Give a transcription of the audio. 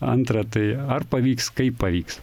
antrą tai ar pavyks kaip pavyks